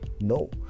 no